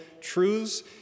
truths